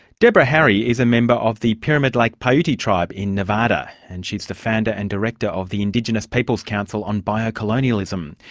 debra harry is a member of the pyramid lake like paiute tribe in nevada, and she's the founder and director of the indigenous people's council on bio-colonialism.